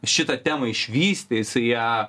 šitą temą išvystė ją